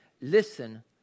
listen